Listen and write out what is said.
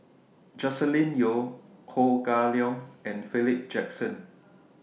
Joscelin Yeo Ho Kah Leong and Philip Jackson